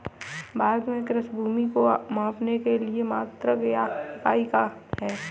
भारत में कृषि भूमि को मापने के लिए मात्रक या इकाई क्या है?